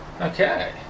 Okay